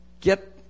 get